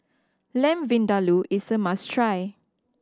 Lamb Vindaloo is a must try